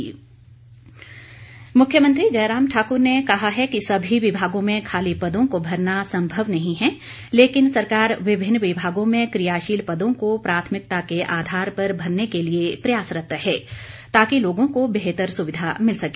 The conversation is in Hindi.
प्रश्नकाल मुख्यमंत्री जयराम ठाक्र ने कहा है कि सभी विभागों में खाली पदों को भरना संभव नहीं है लेकिन सरकार विभिन्न विभागों में क्रियाशील पदों को प्राथमिकता के आधार पर भरने के लिए प्रयासरत है ताकि लोगों को बेहतर सुविधा मिल सके